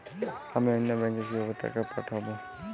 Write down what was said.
আমি অন্য ব্যাংকে কিভাবে টাকা পাঠাব?